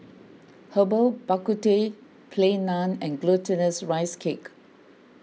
Herbal Bak Ku Teh Plain Naan and Glutinous Rice Cake